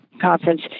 conference